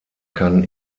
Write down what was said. kann